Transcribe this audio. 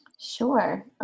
Sure